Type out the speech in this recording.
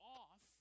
off